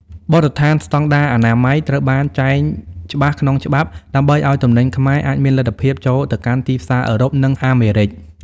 បទដ្ឋានស្ដង់ដារអនាម័យ ត្រូវបានចែងច្បាស់ក្នុងច្បាប់ ដើម្បីឱ្យទំនិញខ្មែរអាចមានលទ្ធភាពចូលទៅកាន់ទីផ្សារអឺរ៉ុប និងអាមេរិក។